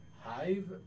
Hive